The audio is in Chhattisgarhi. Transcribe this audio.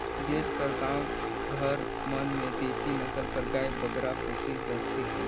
देस कर गाँव घर मन में देसी नसल कर गाय बगरा पोसे रहथें